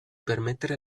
permettere